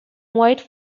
white